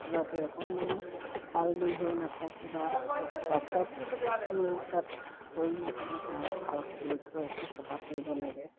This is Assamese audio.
যাতে অকণমানো খাল বিল হৈ নাথাকে বা প্ৰাস্ৰাৱ তাত পৰি নাথাকে তাক ভালকৈ লক্ষ্য ৰাখি চফা কৰিব লাগে